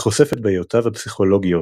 וחושף את בעיותיו הפסיכולוגיות,